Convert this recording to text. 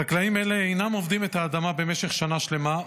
חקלאים אלה אינם עובדים את האדמה במשך שנה שלמה,